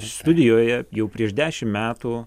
studijoje jau prieš dešimt metų